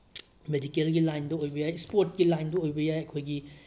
ꯃꯦꯗꯤꯀꯦꯜꯒꯤ ꯂꯥꯏꯟꯗ ꯑꯣꯏꯕ ꯌꯥꯏ ꯏꯁꯄꯣꯔꯠꯀꯤ ꯂꯥꯏꯟꯗ ꯑꯣꯏꯕ ꯌꯥꯏ ꯑꯩꯈꯣꯏꯒꯤ